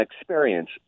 experience